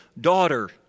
daughter